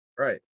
Right